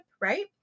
right